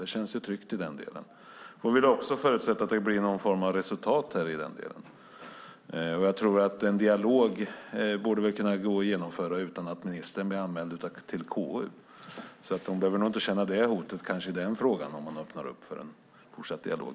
Vi får väl förutsätta att det blir något resultat av det. En dialog borde gå att genomföra utan att ministern blir anmäld till KU. Hon behöver nog inte känna sig hotad av det om hon öppnar för fortsatt dialog.